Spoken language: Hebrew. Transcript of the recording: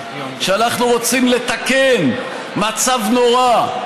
כשאנחנו רוצים לתקן מצב נורא,